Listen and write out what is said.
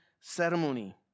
ceremony